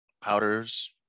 powder's